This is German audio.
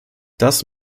das